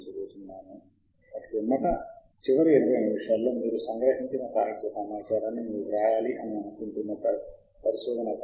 కాబట్టి మీ సంస్థ ISI వెబ్ ఆఫ్ సైన్స్ లో సభ్యత్వం కలిగి ఉందా అని దయచేసి మీ గ్రంధాలయ అధికారిని అడగండి మరియు కలిగి ఉంటే వారు ఎలాంటి సభ్యత్వం కలిగి ఉన్నారు